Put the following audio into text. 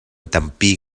tampi